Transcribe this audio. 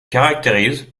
caractérise